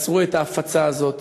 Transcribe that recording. תעצרו את ההפצה הזאת.